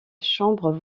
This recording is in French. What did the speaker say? chambre